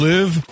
Live